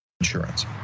insurance